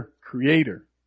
Creator